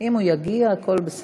אם הוא יגיע, הכול בסדר.